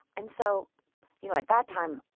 and so you know, at that time,